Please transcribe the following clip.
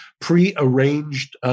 pre-arranged